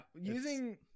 Using